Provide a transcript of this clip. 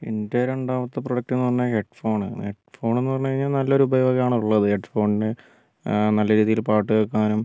എൻ്റെ രണ്ടാമത്തെ പ്രോഡക്റ്റ് എന്ന് പറഞ്ഞാൽ ഹെഡ്ഫോണാണ് ഹെഡ്ഫോൺ എന്ന് പറഞ്ഞു കഴിഞ്ഞാൽ നല്ലൊരു ഉപയോഗമാണുള്ളത് ഹെഡ്ഫോണിന് നല്ല രീതിയിൽ പാട്ട് കേൾക്കാനും